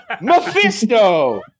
Mephisto